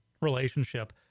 relationship